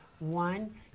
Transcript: One